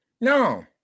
No